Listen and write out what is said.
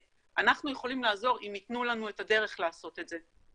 אנחנו יכולים לעזור אם ייתנו לנו את הדרך לעשות את זה,